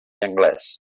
anglès